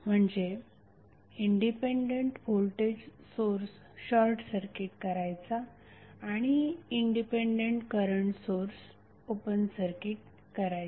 म्हणजे independent voltage source short circuit करायचा आणि independent current source open circuit करायचा